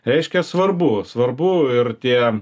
reiškia svarbu svarbu ir tie